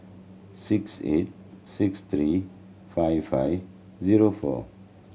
six eight six three five five zero four